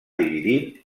dividint